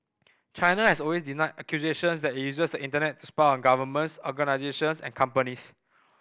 China has always denied accusations that it uses the Internet to spy on governments organisations and companies